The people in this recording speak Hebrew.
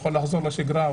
הוא יכול לחזור לשגרה,